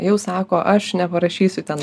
jau sako aš neparašysiu ten